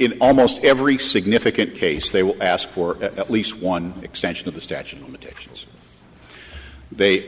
in almost every significant case they will ask for at least one extension of the statute of limitations they